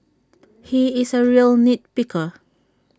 he is A real nit picker